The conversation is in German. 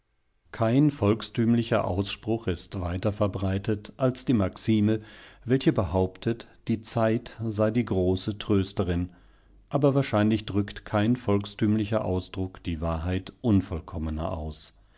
kein volkstümlicher ausspruch ist weiter verbreitet als die maxime welche behauptet die zeit sei die große trösterin aber wahrscheinlich drückt kein volkstümlicher ausspruch die wahrheit unvollkommener aus